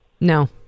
No